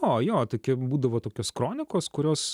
o jo toki būdavo tokios kronikos kurios